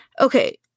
Okay